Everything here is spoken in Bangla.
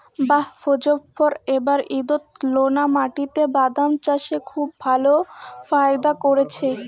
বাঃ মোজফ্ফর এবার ঈষৎলোনা মাটিতে বাদাম চাষে খুব ভালো ফায়দা করেছে